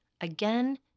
again